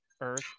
Earth